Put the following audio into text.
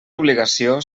obligació